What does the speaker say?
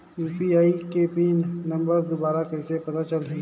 UPI के PIN number दुबारा कइसे पता चलही?